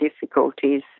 difficulties